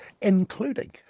including